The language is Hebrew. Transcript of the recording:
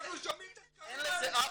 אין לזה אח ורע.